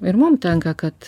ir mum tenka kad